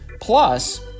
plus